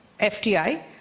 FTI